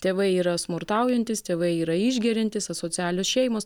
tėvai yra smurtaujantys tėvai yra išgeriantys asocialios šeimos